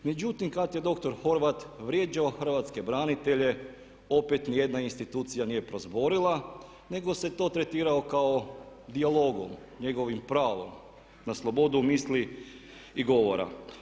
Međutim, kad je doktor Horvat vrijeđao Hrvatske branitelje, opet ni jedna institucija nije prozborila nego se to tretiralo kao dijalogom, njegovim pravom na slobodu misli i govora.